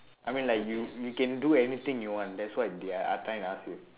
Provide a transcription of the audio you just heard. I mean like you you can do anything you want that's what they are trying to ask you